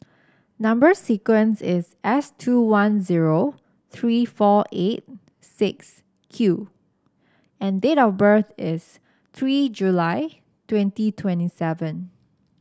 number sequence is S two one zero three four eight six Q and date of birth is three July twenty twenty seven